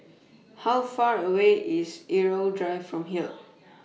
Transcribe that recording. How Far away IS Irau Drive from here